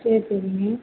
சரி சரிங்க